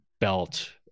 Belt